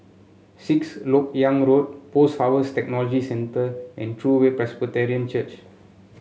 Sixth LoK Yang Road Post Harvest Technology Centre and True Way Presbyterian Church